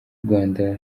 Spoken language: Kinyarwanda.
rwanda